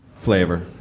flavor